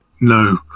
No